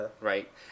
right